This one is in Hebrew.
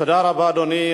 תודה רבה, אדוני.